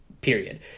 period